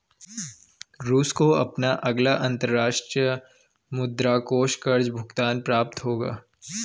रूस को अपना अगला अंतर्राष्ट्रीय मुद्रा कोष कर्ज़ भुगतान प्राप्त होगा